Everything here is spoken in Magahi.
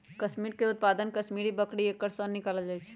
कस्मिरीके उत्पादन कस्मिरि बकरी एकर सन निकालल जाइ छै